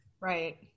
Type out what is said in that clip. Right